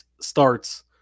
starts